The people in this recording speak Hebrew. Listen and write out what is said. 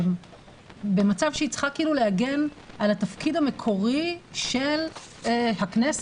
במצב שהיא צריכה כאילו להגן על התפקיד המקורי של הכנסת,